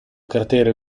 cratere